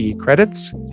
credits